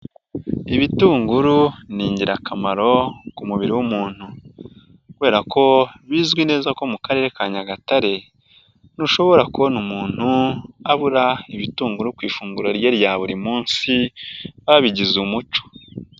Ibitunguru ni ingirakamaro ku mubiri w'umuntu kubera ko bizwi neza ko mu karere ka Nyagatare ntushobora kubona umuntu abura ibitunguru ku ifunguro rye rya buri munsi, babigize umuco.